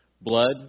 blood